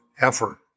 effort